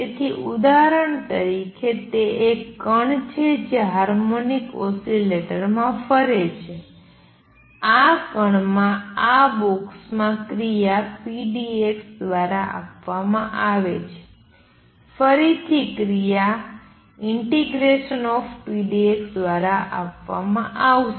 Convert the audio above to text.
તેથી ઉદાહરણ તરીકે તે એક કણ છે જે હાર્મોનિક ઓસિલેટર માં ફરે છે આ કણમાં આ બોક્સમાં ક્રિયા pdx દ્વારા આપવામાં આવે છે ફરીથી ક્રિયા ∫pdx દ્વારા આપવામાં આવશે